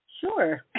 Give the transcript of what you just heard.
sure